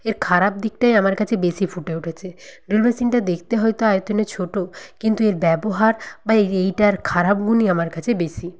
এর খারাপ দিকটাই আমার কাছে বেশি ফুটে উঠেছে ড্রিল মেশিনটা দেকতে হয়তো আয়তনে ছোটো কিন্তু এর ব্যবহার বা এর এইটার খারাপ গুণই আমার কাছে বেশি